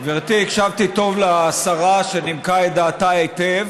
גברתי, הקשבתי טוב לשרה, שנימקה את דעתה היטב,